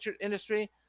industry